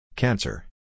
Cancer